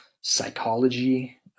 psychology